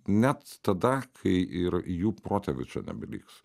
net tada kai ir į jų protėvių čia nebeliks